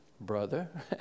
brother